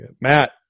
Matt